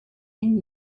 and